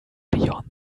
beyond